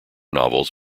novels